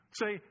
say